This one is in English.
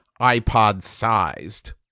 iPod-sized